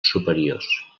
superiors